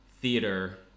Theater